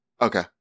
Okay